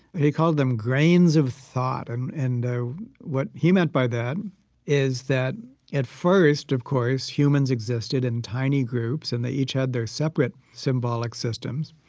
he called them grains of thought. and and what he meant by that is that at first, of course, humans existed in tiny groups and they each had their separate symbolic systems,